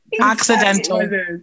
Accidental